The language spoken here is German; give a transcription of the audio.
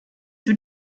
wird